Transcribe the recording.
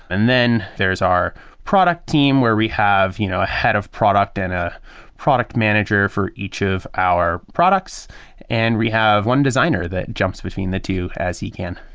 and then there is our product team where we have you know a head of product and a product manager for each of our products and we have one designer that jumps between the two as he can.